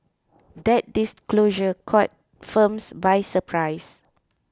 that disclosure caught firms by surprise